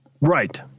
Right